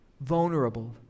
vulnerable